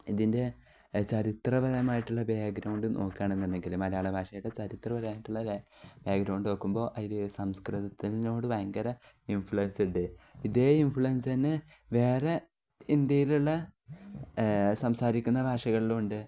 ഇതിൻ്റെ ചരിത്രപരമായിട്ടുള്ള ബാക്ക്ഗ്രൗണ്ട് നോക്കുകയാണെന്നുണ്ടെങ്കിൽ മലയാള ഭാഷയുടെ ചരിത്രപരമായിട്ടുള്ള ബാക്ക്ഗ്രൗണ്ട് നോക്കുമ്പോൾ അതിൽ സംസ്കൃതത്തിനോട് ഭയങ്കര ഇൻഫ്ലുവൻസ് ഉണ്ട് ഇതേ ഇൻഫ്ലുവൻസ് തന്നെ വേറെ ഇന്ത്യയിലുള്ള സംസാരിക്കുന്ന ഭാഷകളിലും ഉണ്ട്